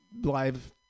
live